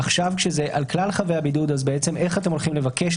עכשיו כשזה על כלל חבי הבידוד אז בעצם איך אתם הולכים לבקש,